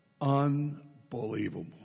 Unbelievable